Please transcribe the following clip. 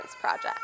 Project